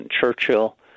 Churchill